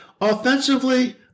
Offensively